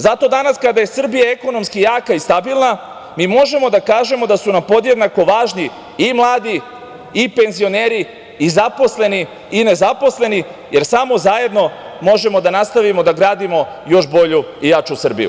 Zato danas kada je Srbija ekonomski jaka i stabilna, mi možemo da kažemo da su nam podjednako važni i mladi i penzioneri i zaposleni i nezaposleni, jer samo zajedno možemo da nastavimo da gradimo još bolju i jaču Srbiju.